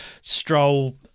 Stroll